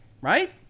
right